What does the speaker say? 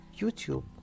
YouTube